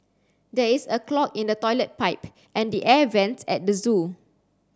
there is a clog in the toilet pipe and the air vents at the zoo